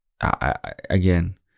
again